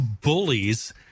bullies